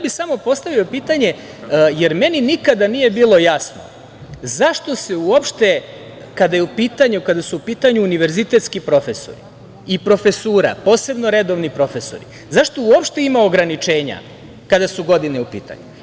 Samo bih postavio pitanje, jer meni nikada nije bilo jasno zašto se uopšte kada su u pitanju univerzitetski profesori i profesura, posebno redovni profesori, zašto uopšte ima ograničenja kada su godine u pitanju.